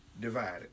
divided